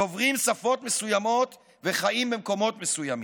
דוברים שפות מסוימות וחיים במקומות מסוימים.